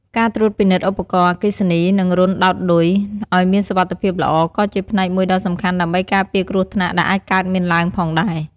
ការត្រួតពិនិត្យឧបករណ៍អគ្គិសនី និងរន្ធដោតឌុយ ឲ្យមានសុវត្ថិភាពល្អ ក៏ជាផ្នែកមួយដ៏សំខាន់ដើម្បីការពារគ្រោះថ្នាក់ដែលអាចកើតមានឡើងផងដែរ។